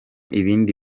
ibindi